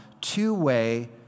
two-way